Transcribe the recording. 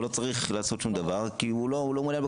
הוא לא צריך לעשות שום דבר כי הוא לא מעוניין בכשרות.